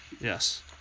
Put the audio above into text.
Yes